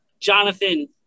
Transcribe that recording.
Jonathan